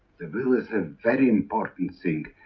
the will is a very important thing.